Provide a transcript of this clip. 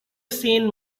seen